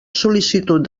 sol·licitud